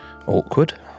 Awkward